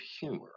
humor